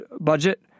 budget